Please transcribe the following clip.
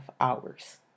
hours